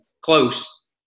close